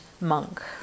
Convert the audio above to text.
monk